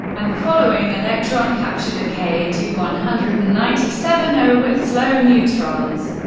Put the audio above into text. and following electron capture-decay into one hundred and ninety seven au with slow neutrons.